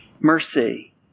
Mercy